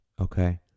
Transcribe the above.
Okay